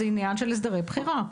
זה עניין של הסדרי בחירה.